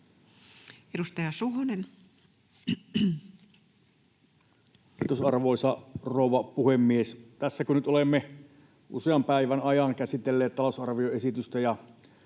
00:22 Content: Kiitos, arvoisa rouva puhemies! Tässä kun nyt olemme usean päivän ajan käsitelleet talousarvioesitystä ja